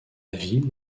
ville